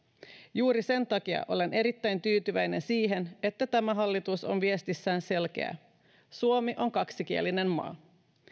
juuri sen takia olen erittäin tyytyväinen siihen että tämä hallitus on viestissään selkeä suomi on kaksikielinen maa